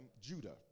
Judah